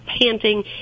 panting